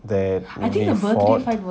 the naming fault